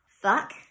fuck